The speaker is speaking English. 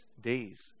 days